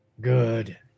Good